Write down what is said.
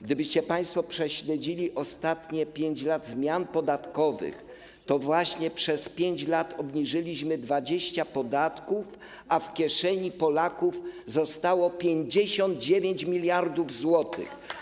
Gdybyście państwo prześledzili ostatnie 5 lat zmian podatkowych, to zobaczylibyście, że przez 5 lat obniżyliśmy 20 podatków, a w kieszeni Polaków zostało 59 mld zł.